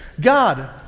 God